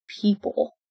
people